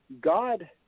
God